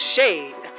Shade